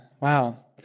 Wow